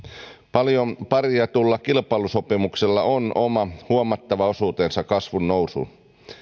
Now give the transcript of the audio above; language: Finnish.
paljon parjatulla kilpailukykysopimuksella on oma huomattava osuutensa kasvun nousuun